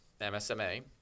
MSMA